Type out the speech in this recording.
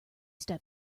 step